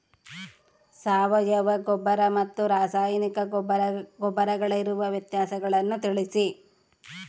ಸಾವಯವ ಗೊಬ್ಬರ ಮತ್ತು ರಾಸಾಯನಿಕ ಗೊಬ್ಬರಗಳಿಗಿರುವ ವ್ಯತ್ಯಾಸಗಳನ್ನು ತಿಳಿಸಿ?